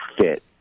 fit